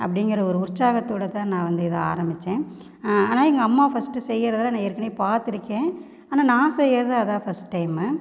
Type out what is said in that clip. அப்படிங்கிற ஒரு உற்சாகத்தோடு தான் நான் வந்து இதை ஆரம்பித்தேன் ஆனால் எங்கள் அம்மா ஃபஸ்ட்டு செய்யுறதெல்லாம் நான் ஏற்கனயே பாத்திருக்கேன் ஆனால் நான் செய்கிறது அதான் ஃபஸ்ட் டைமு